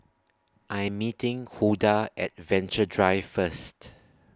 I Am meeting Huldah At Venture Drive First